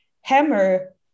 hammer